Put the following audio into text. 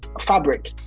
fabric